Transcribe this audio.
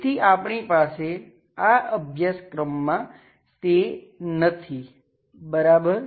તેથી આપણી પાસે આ અભ્યાસક્રમમાં તે નથી બરાબર